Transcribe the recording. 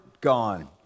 gone